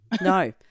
No